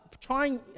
trying